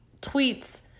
tweets